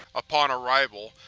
upon arrival,